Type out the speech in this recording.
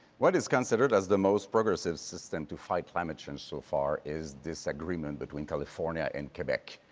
what is considered as the most progressive system to fight climate change so far is this agreement between california and quebec.